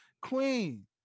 Queen